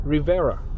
Rivera